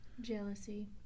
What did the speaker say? Jealousy